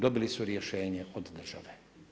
Dobili su rješenje od države.